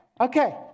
okay